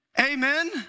Amen